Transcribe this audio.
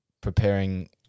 preparing